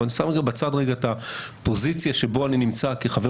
אני שם לרגע בצד את הפוזיציה בה אני נמצא כחבר